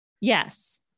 Yes